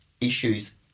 Issues